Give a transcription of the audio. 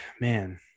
man